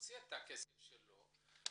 מוציא את הכסף שלו,